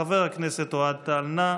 חבר הכנסת אוהד טל, נא